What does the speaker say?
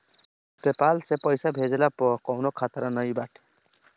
PayPal से पईसा भेजला पअ कवनो खतरा नाइ बाटे